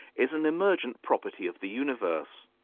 is an emergent property of the universe.